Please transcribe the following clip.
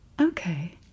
Okay